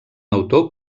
autor